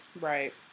right